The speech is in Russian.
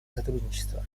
сотрудничества